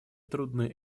трудные